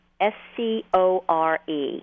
S-C-O-R-E